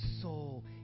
soul